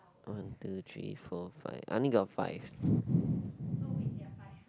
one two three four five I only got five